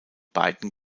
beiden